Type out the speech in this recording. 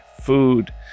food